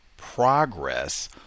Progress